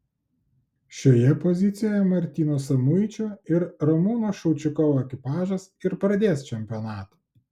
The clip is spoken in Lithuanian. šioje pozicijoje martyno samuičio ir ramūno šaučikovo ekipažas ir pradės čempionatą